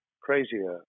crazier